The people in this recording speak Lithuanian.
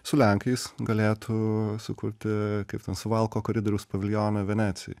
su lenkais galėtų sukurti kaip suvalkų koridoriaus paviljoną venecijoj